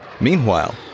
Meanwhile